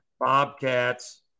Bobcats